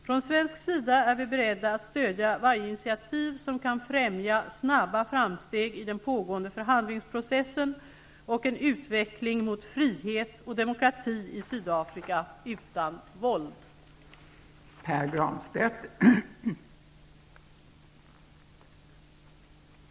Från svensk sida är vi beredda att stödja varje initiativ som kan främja snabba framsteg i den pågående förhandlingsprocessen och en utveckling mot frihet och demokrati i Sydafrika utan våld. att ajournera förhandlingarna under 2 minuter, då justitieminister Gun Hellsvik väntades anlända till kammaren för att lämna svar på fråga 664.